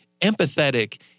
empathetic